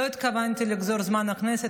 לא התכוונתי לגזול זמן מהכנסת,